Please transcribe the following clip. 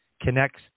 Connects